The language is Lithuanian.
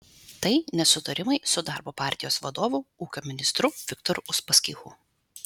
tai nesutarimai su darbo partijos vadovu ūkio ministru viktoru uspaskichu